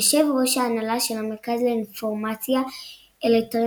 יושב ראש ההנהלה של המרכז לאינפורמציה אלטרנטיבית,